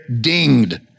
dinged